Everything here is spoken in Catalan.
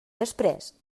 després